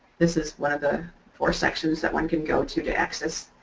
this is one of the four sections that one can go to to access,